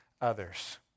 others